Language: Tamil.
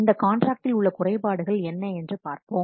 இந்த காண்ட்ராக்டில் உள்ள குறைபாடுகள் என்ன என்று பார்ப்போம்